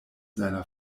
seiner